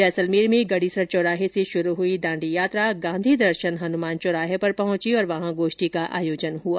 जैसलमेर में गडीसर चौराहे से शुरू हुई दांडी यात्रा गांधी दर्शन हनुमान चौराहे पर पहुंची और वहां गोष्ठी का आयोजन हुआ